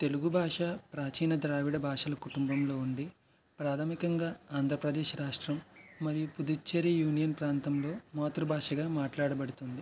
తెలుగు భాష ప్రాచీన ద్రావిడ భాషల కుటుంబంలో ఉండి ప్రాథమికంగా ఆంధ్రప్రదేశ్ రాష్ట్రం మరియు పుదుచ్చేరి యూనియన్ ప్రాంతంలో మాతృభాషగా మాట్లాడబడుతుంది